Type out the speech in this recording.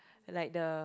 like the